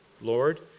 Lord